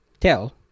tell